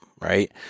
Right